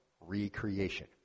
recreation